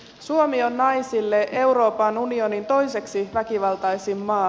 suomi on naisille euroopan unionin toiseksi väkivaltaisin maa